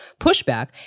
pushback